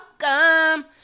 welcome